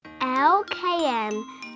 LKM